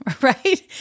right